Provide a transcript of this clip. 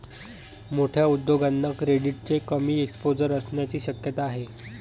मोठ्या उद्योगांना क्रेडिटचे कमी एक्सपोजर असण्याची शक्यता आहे